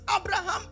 Abraham